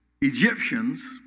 Egyptians